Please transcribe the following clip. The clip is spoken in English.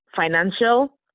financial